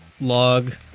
log